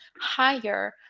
higher